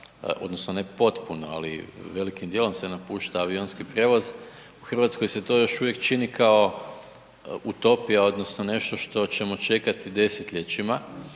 odnosno ne potpuno ali velikim dijelom se napušta avionski prijevoz, u Hrvatskoj se to još uvijek čini kao utopija odnosno nešto što ćemo čekati desetljećima,